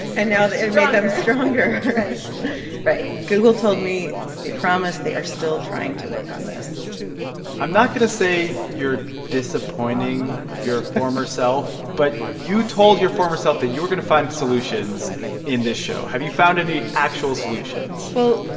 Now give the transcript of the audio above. and now it made them stronger right right. google told me they promise they are still trying to work on this i'm not going to say you're disappointing your former self, but you told your former self that you were going to find solutions in this show. have you found any actual solutions? well,